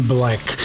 Black